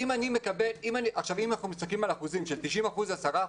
אם אנחנו מסתכלים על אחוזים של 90%, 10%,